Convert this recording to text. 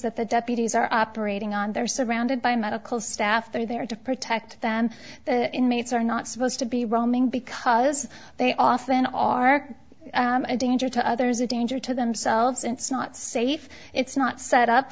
that the deputies are operating on they're surrounded by medical staff that are there to protect them that inmates are not supposed to be roaming because they often are a danger to others a danger to themselves it's not safe it's not set up